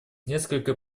несколько